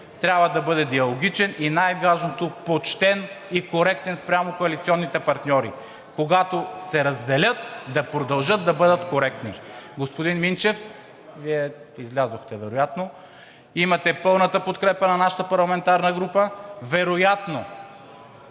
трябва да бъде диалогичен и най-важното – почтен и коректен спрямо коалиционните партньори! Когато се разделят, да продължат да бъдат коректни. Господин Минчев, Вие излязохте вероятно, имате пълната подкрепа на нашата парламентарна група! Вероятно,